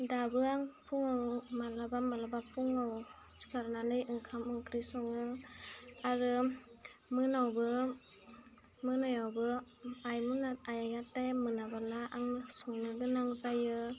दाबो आं फुङाव मालाबा मालाबा फुङाव सिखारनानै ओंखाम ओंख्रि सङो आरो मोनायावबो आइमोना आइया टाइम मोनाबोला आंनो संनो गोनां जायो